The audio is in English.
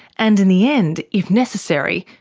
and in the end, if necessary,